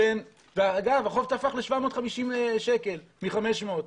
והחוב תפח ל-750 שקל מ-500 שקלים.